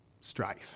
strife